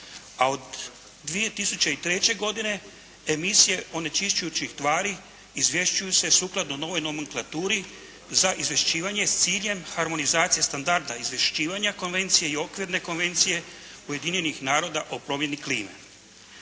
a od 2003. godine emisije onečišćujućih tvari izvješćuju se sukladno novoj nomenklaturi za izvješćivanje s ciljem harmonizacije standarda izvješćivanja konvencije i okvirne konvencije Ujedinjenih naroda o promjeni klime.